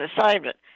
assignment